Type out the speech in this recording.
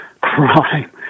crime